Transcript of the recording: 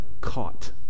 caught